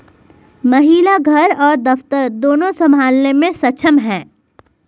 महिला घर और दफ्तर दोनो संभालने में सक्षम हैं